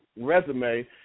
resume